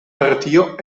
partio